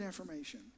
information